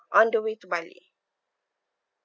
on the way to bali